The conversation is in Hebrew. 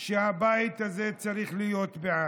שהבית הזה צריך להיות בעד.